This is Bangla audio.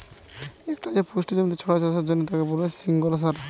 একটাই যে পুষ্টি জমিতে ছড়ায় চাষের জন্যে তাকে বলে সিঙ্গল সার